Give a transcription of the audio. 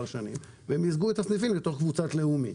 שנים והם מיזגו את הסניפים אל תוך קבוצת לאומי.